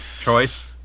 choice